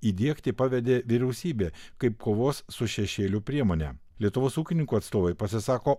įdiegti pavedė vyriausybė kaip kovos su šešėliu priemonę lietuvos ūkininkų atstovai pasisako